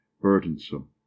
burdensome